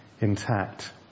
intact